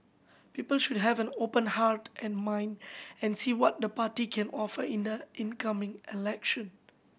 people should have an open heart and mind and see what the party can offer in the in coming election